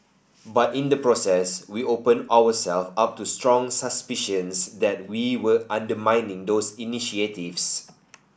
but in the process we opened ourselves up to strong suspicions that we were undermining those initiatives